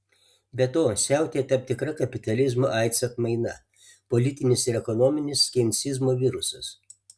be to siautėja tam tikra kapitalizmo aids atmaina politinis ir ekonominis keinsizmo virusas